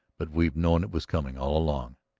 but we've known it was coming all along.